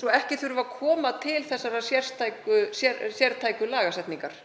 svo ekki þurfi að koma til þessarar sértæku lagasetningar.